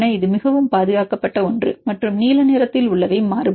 இது மிகவும் பாதுகாக்கப்பட்ட ஒன்று மற்றும் நீல நிறத்தில் உள்ளவை மாறுபடும்